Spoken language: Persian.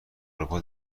اروپا